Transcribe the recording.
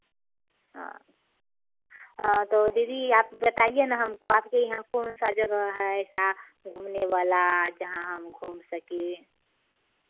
हाँ हाँ तो दीदी आप बताइए ना हमको आपके यहाँ कौन सा जगह है ऐसा घूमने वाला जहां हम घूम सकें